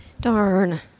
darn